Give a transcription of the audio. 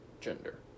gender